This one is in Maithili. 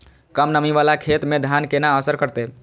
कम नमी वाला खेत में धान केना असर करते?